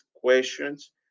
questions